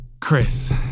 Chris